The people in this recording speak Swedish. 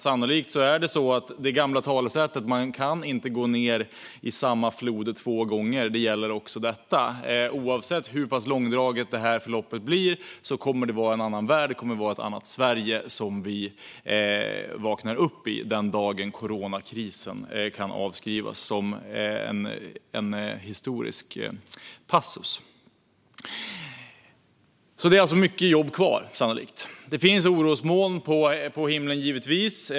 Sannolikt är det så att det gamla talesättet om att man inte kan gå ned i samma flod två gånger gäller också detta. Oavsett hur pass långdraget förloppet blir kommer det att vara en annan värld och ett annat Sverige som vi vaknar upp i den dagen coronakrisen kan avskrivas som en historisk passus. Det är alltså mycket jobb kvar, sannolikt. Det finns givetvis orosmoln på himlen.